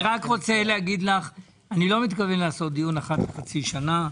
אני רק רוצה להגיד לך שאני לא מתכוון לעשות דיון אחת לחצי שנה.